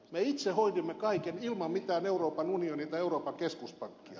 me itse hoidimme kaiken ilman mitään euroopan unionia tai euroopan keskuspankkia